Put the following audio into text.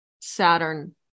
Saturn